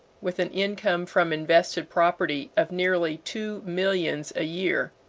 with an income from invested property of nearly two millions a year,